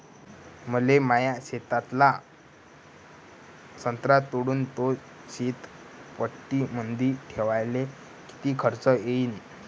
मले माया शेतातला संत्रा तोडून तो शीतपेटीमंदी ठेवायले किती खर्च येईन?